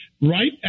right